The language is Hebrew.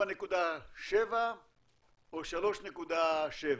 4.7 או 3.7?